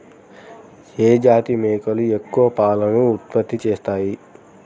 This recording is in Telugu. ఏ జాతి మేకలు ఎక్కువ పాలను ఉత్పత్తి చేస్తాయి?